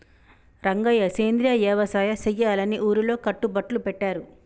రంగయ్య సెంద్రియ యవసాయ సెయ్యాలని ఊరిలో కట్టుబట్లు పెట్టారు